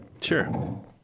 Sure